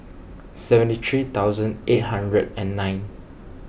seventy three thousand eight hundred and nine